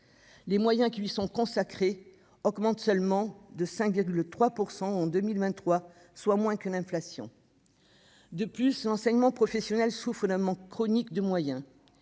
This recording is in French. Les moyens qui lui sont consacrés augmentent seulement de 5,3 % en 2023, soit moins que l'inflation. De plus, cette branche souffre d'un manque chronique de moyens.